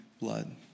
blood